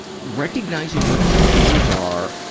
recognizing what the fears are.